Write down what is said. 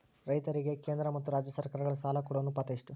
ರೈತರಿಗೆ ಕೇಂದ್ರ ಮತ್ತು ರಾಜ್ಯ ಸರಕಾರಗಳ ಸಾಲ ಕೊಡೋ ಅನುಪಾತ ಎಷ್ಟು?